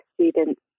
students